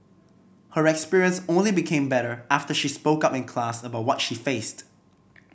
her experience only became better after she spoke up in class about what she faced